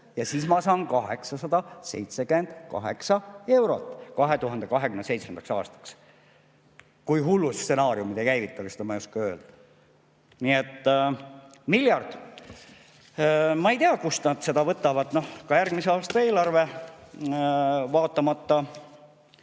Ja ma sain 878 eurot 2027. aastaks, kui hullud stsenaariumid ei käivitu, aga seda ma ei oska öelda. Nii et miljard. Ma ei tea, kust nad selle võtavad. Ka järgmise aasta eelarve, vaatamata